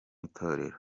itorero